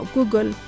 Google